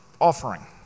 offering